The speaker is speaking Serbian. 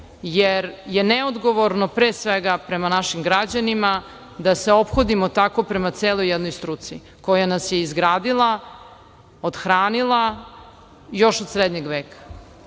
jer je neodgovorno pre svega prema naših građanima da se ophodimo tako prema celoj jednoj struci koja nas je izgradila, othranila još od Srednjeg veka